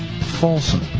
Folsom